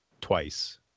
twice